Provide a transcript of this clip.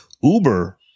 Uber